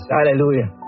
Hallelujah